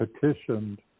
petitioned